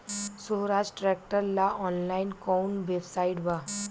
सोहराज tractor ला online कोउन website बा?